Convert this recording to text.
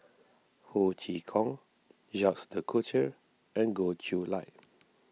Ho Chee Kong Jacques De Coutre and Goh Chiew Lye